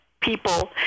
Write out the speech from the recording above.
people